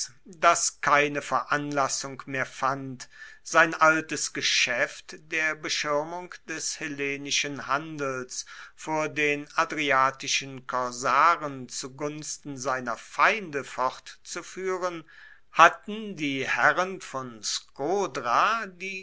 das keine veranlassung mehr fand sein altes geschaeft der beschirmung des hellenischen handels vor den adriatischen korsaren zu gunsten seiner feinde fortzufuehren hatten die herren von skodra die